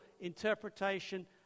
interpretation